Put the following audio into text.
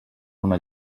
una